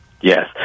Yes